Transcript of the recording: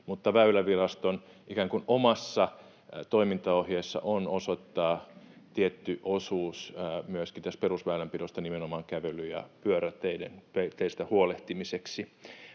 mutta Väyläviraston ikään kuin omassa toimintaohjeessa on osoittaa tietty osuus myöskin tästä perusväylänpidosta nimenomaan kävely- ja pyöräteistä huolehtimiseksi.